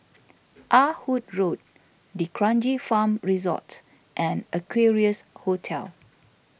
Ah Hood Road D'Kranji Farm Resort and Equarius Hotel